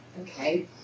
okay